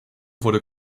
wurde